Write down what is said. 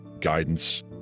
guidance